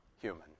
human